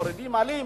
מורידים-מעלים,